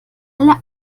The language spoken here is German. alle